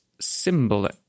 symbol